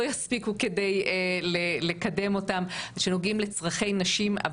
יספיקו כדי לקדם אותם ושנוגעים לצרכי נשים,